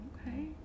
okay